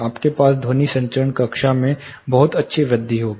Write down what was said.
आपके पास ध्वनि संचरण कक्षा में बहुत अच्छी वृद्धि होगी